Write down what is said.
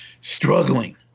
struggling